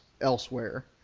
elsewhere